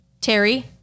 Terry